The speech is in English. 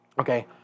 Okay